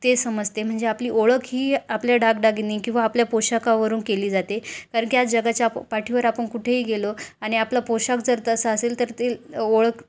ते समजते म्हणजे आपली ओळख ही आपल्या दागदागिने किंवा आपल्या पोषाखावरून केली जाते कारणकी आज जगाच्या पाठीवर आपण कुठेही गेलो आणि आपलं पोषाख जर तसा असेल तर ते ओळख